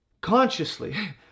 consciously